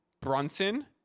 Brunson